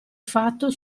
fatto